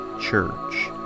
Church